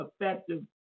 effective